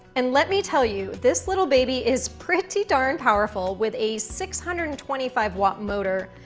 and let me tell you, this little baby is pretty darn powerful with a six hundred and twenty five watt motor.